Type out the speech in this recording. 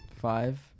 Five